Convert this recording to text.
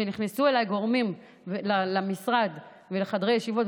כשנכנסו אליי גורמים למשרד ולחדרי ישיבות,